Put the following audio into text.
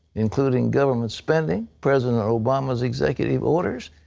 including government spending, president obama's executive orders,